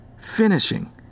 Finishing